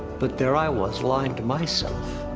but there i was, lying to myself.